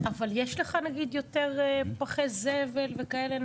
אבל יש לך נגיד יותר פחי זבל וכאלה?